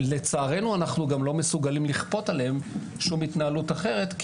לצערנו אנחנו גם לא מסוגלים לכפות עליהם שום התנהלות אחרת,